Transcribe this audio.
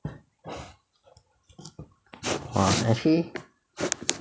!wah! actually